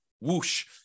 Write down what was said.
whoosh